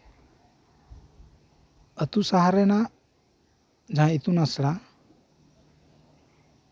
ᱟᱹᱛᱩ ᱥᱟᱦᱟᱨ ᱨᱮᱱᱟᱜ ᱡᱟᱦᱟᱸ ᱤᱛᱩᱱ ᱟᱥᱲᱟ